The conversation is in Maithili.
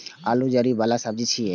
आलू जड़ि बला सब्जी छियै